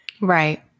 right